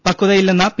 പകതയില്ലെന്ന P